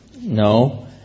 no